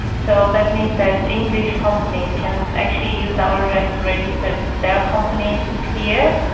so that means that english companies can actually use our address to register their companies here.